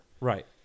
Right